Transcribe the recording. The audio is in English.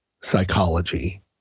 psychology